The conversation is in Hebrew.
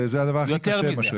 זה הדבר הכי קשה.